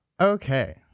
Okay